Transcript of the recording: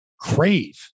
crave